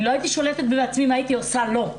אני לא הייתי שולטת בעצמי מה הייתי עושה לו.